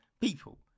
people